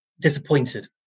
disappointed